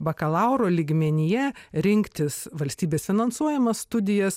bakalauro lygmenyje rinktis valstybės finansuojamas studijas